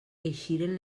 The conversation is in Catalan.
eixiren